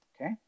Okay